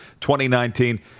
2019